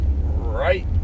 right